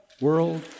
world